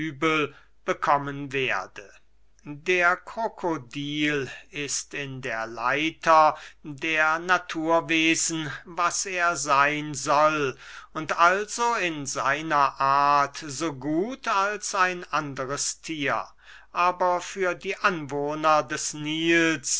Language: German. bekommen werde der krokodil ist in der leiter der naturwesen was er seyn soll und also in seiner art so gut als ein anderes thier aber für die anwohner des nils